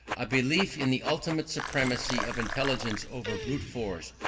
a belief in the ultimate supremacy of intelligence over brute force,